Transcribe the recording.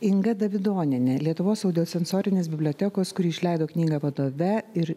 inga davidonienė lietuvos audio sensorinės bibliotekos kuri išleido knygą vadove ir